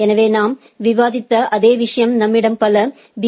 எனவே நாம் விவாதித்த அதே விஷயம் நம்மிடம் பல பி